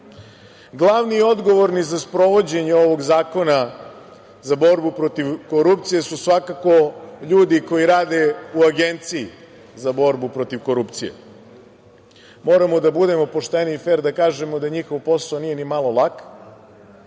i odgovorni za sprovođenje ovog Zakona za borbu protiv korupcije su svakako ljudi koji rade u Agenciji za borbu protiv korupcije. Moramo da budemo pošteni i fer da kažemo da njihov posao nije nimalo lak.